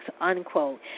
unquote